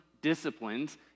disciplines